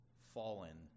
fallen